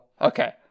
Okay